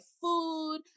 food